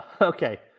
Okay